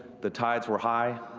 the tides were high,